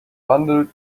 bundled